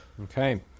Okay